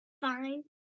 Fine